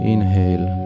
Inhale